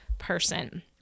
person